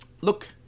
look